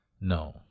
no